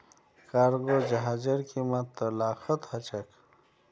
cargo जहाजेर कीमत त लाखत ह छेक